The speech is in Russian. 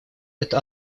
это